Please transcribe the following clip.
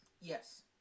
Yes